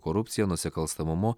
korupcija nusikalstamumu